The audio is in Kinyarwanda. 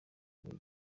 muri